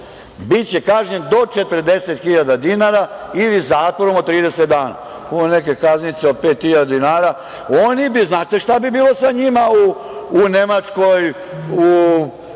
biće kažnjen do 40.000 dinara ili zatvorom od 30 dana, a ono neke kaznice od 5.000 dinara, oni bi, znate šta bi bilo sa njima u Nemačkoj, u